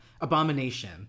Abomination